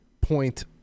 point